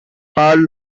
carl